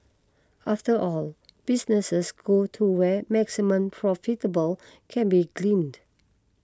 after all businesses go to where maximum profitable can be gleaned